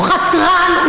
הוא חתרן,